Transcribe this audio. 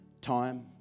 Time